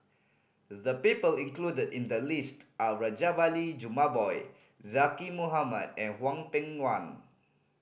the people included in the list are Rajabali Jumabhoy Zaqy Mohamad and Hwang Peng Yuan